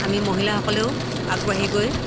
আমি মহিলাসকলেও আগবাঢ়ি গৈ